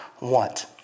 want